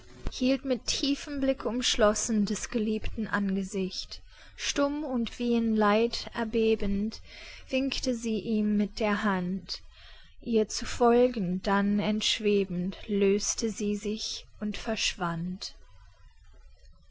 hielt mit tiefem blick umschlossen des geliebten angesicht stumm und wie in leid erbebend winkte sie ihm mit der hand ihr zu folgen dann entschwebend löste sie sich und verschwand